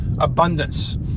abundance